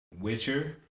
Witcher